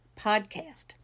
podcast